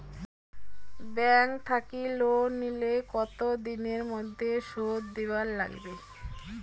Bank থাকি loan নিলে কতো দিনের মধ্যে শোধ দিবার নাগিবে?